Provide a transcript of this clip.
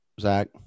Zach